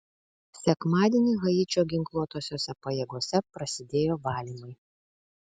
sekmadienį haičio ginkluotosiose pajėgose prasidėjo valymai